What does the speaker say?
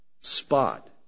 spot